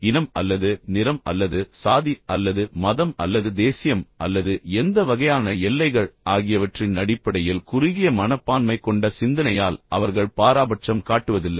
இனம் அல்லது நிறம் அல்லது சாதி அல்லது மதம் அல்லது தேசியம் அல்லது எந்த வகையான எல்லைகள் ஆகியவற்றின் அடிப்படையில் குறுகிய மனப்பான்மை கொண்ட சிந்தனையால் அவர்கள் பாராபட்சம் காட்டுவதில்லை